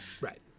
right